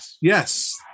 Yes